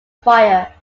fire